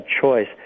choice